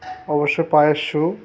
অবশ্যই পায়ের শ্যু